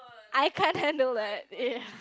I can't handle that ya